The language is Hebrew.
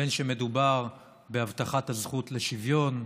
בין שמדובר בהבטחת הזכות לשוויון,